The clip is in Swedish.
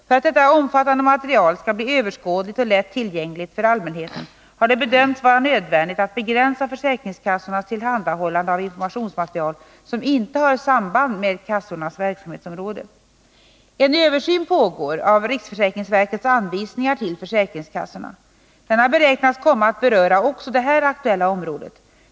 För att detta omfattande material skall bli överskådligt och lätt tillgängligt för allmänheten har det bedömts vara nödvändigt att begränsa försäkringskassornas tillhandahållande av informationsmaterial som inte har samband med kassornas verksamhetsområde. En översyn pågår av riksförsäkringsverkets anvisningar till försäkringskassorna. Denna beräknas komma att beröra också det här aktuella området.